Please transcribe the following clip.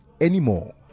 anymore